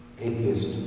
atheist